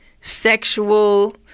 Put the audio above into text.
sexual